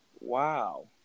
Wow